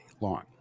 long